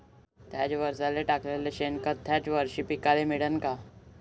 थ्याच वरसाले टाकलेलं शेनखत थ्याच वरशी पिकाले मिळन का?